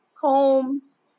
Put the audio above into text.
combs